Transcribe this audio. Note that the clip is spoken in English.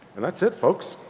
and that's it folks.